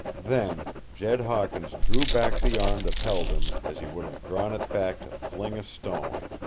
then jed hawkins drew back the arm that held him, as he would have drawn it back to fling a stone.